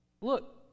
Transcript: look